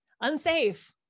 unsafe